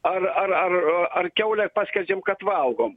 ar ar ar ar kiaulę paskerdžiam kad valgom